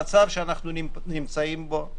במצב שאנחנו נמצאים בו,